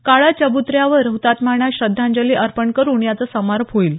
काळा चबुतऱ्यावर हुतात्म्यांना श्रद्धांजली अर्पण करून याचा समारोप होईल